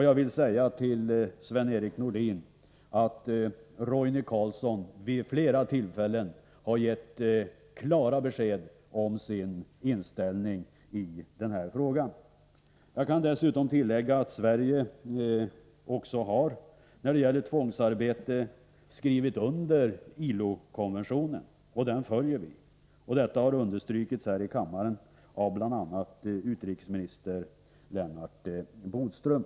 Jag vill säga till Sven-Erik Nordin att Roine Carlsson vid flera tillfällen har givit ett klart besked om sin inställning till denna fråga. Jag kan dessutom tillägga att Sverige när det gäller tvångsarbete har skrivit under ILO-konventionen. Den följer vi. Detta har understrukits här i kammaren av bl.a. utrikesminister Lennart Bodström.